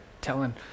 telling